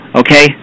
okay